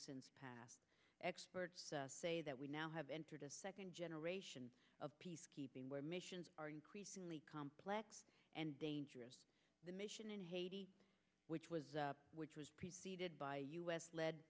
since passed experts say that we now have entered a second generation of peacekeeping where missions are increasingly complex and dangerous the mission in haiti which was which was preceded by a u s led